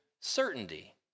certainty